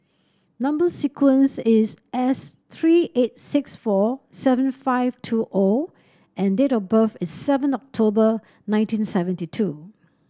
number sequence is S three eight six four seven five two O and date of birth is seven October nineteen seventy two